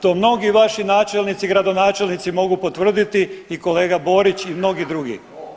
To mnogi vaši načelnici, gradonačelnici mogu potvrditi i kolega Borić i mnogi drugi.